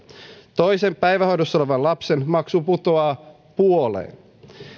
toisen päivähoidossa olevan lapsen maksu putoaa puoleen